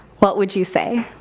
what would you say?